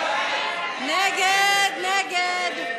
סעיף תקציבי 98,